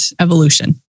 evolution